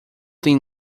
tem